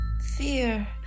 Fear